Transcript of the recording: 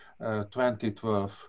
2012